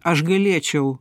aš galėčiau